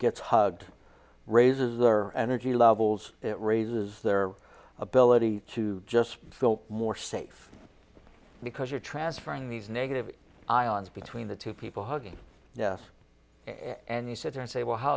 gets hugged raises or energy levels it raises their ability to just feel more safe because you're transferring these negative ions between the two people hugging yes and you said don't say well how